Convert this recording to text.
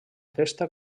festa